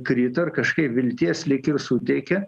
krito ir kažkaip vilties lyg ir suteikia